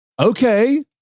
Okay